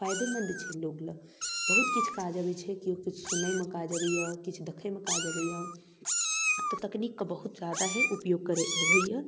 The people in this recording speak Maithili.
फाइदेमन्द छै लोकलए बहुत किछु काज आबै छै केओ किछु सुनैमे काज अबैए किछु देखैमे काज अबैए तऽ तकनीकके बहुत जादा ही उपयोग करै होइए